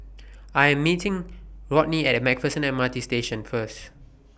I Am meeting Rodney At MacPherson M R T Station First